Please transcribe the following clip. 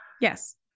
Yes